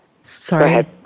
Sorry